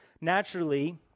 naturally